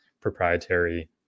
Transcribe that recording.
proprietary